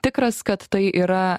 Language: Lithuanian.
tikras kad tai yra